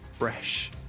fresh